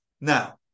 Now